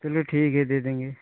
चलो ठीक है दे देंगे